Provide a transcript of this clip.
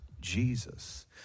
Jesus